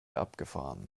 abgefahren